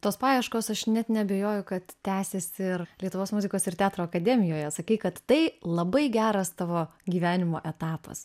tos paieškos aš net neabejoju kad tęsiasi ir lietuvos muzikos ir teatro akademijoje sakei kad tai labai geras tavo gyvenimo etapas